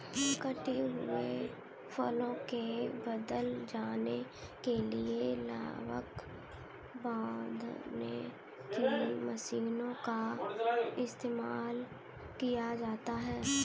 कटी हुई फसलों के बंडल बनाने के लिए लावक बांधने की मशीनों का इस्तेमाल किया जाता है